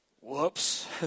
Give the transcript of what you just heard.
Whoops